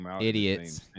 idiots